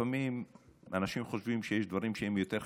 לפעמים אנשים חושבים שיש דברים שהם יותר חשובים,